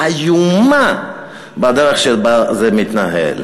איומה נוכח הדרך שבה זה מתנהל.